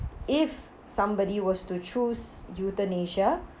if somebody was to choose euthanasia